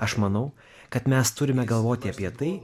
aš manau kad mes turime galvoti apie tai